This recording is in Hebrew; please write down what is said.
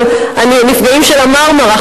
הנפגעים של ה"מרמרה",